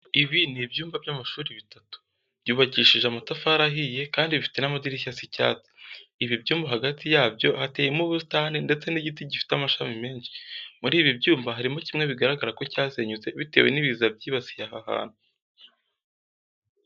Ibi ni ibyumba by'amashuri bitatu, byubakishije amatafari ahiye kandi bifite n'amadirishya asa icyatsi. Ibi byumba hagati yabyo hateyemo ubusitani ndetse n'igiti gifite amashami menshi. Muri ibi byumba harimo kimwe bigaragara ko cyasenyutse bitewe n'ibiza byibasiye aha hantu.